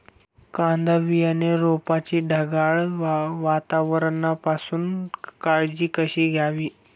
कांदा बियाणे रोपाची ढगाळ वातावरणापासून काळजी कशी घ्यावी?